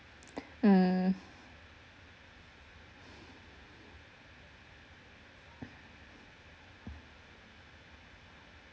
mm